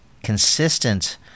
consistent